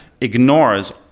Ignores